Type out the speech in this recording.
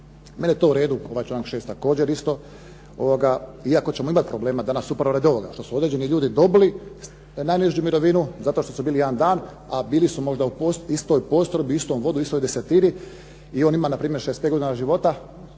Meni je to u redu ovaj članak 6. također isto iako ćemo imati problema danas upravo radi ovoga što su određeni ljudi dobili najnižu mirovinu zato što su bili jedan dan a bili su možda u istoj postrojbi, istom vodu, istoj desetini i onima na primjer 65 godina života